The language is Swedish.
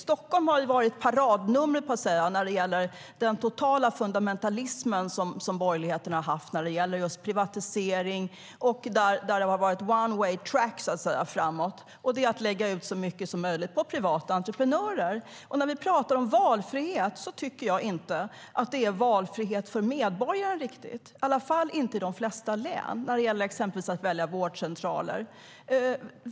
Stockholm har varit paradnumret för borgerlighetens totala fundamentalism vad gäller privatisering. Det har så att säga varit one way track framåt för att lägga ut så mycket som möjligt på privata entreprenörer. När vi talar om valfrihet tycker jag inte att det riktigt är valfrihet för medborgarna, i varje fall inte i de flesta län när det gäller att exempelvis välja vårdcentraler.